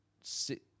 sit